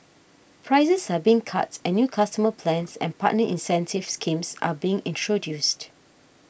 prices are being cut and new consumer plans and partner incentive schemes are being introduced